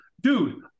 dude